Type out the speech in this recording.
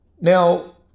now